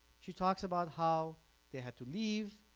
she talks about how they had to leave,